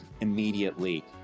immediately